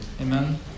Amen